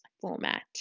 format